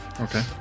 Okay